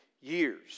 years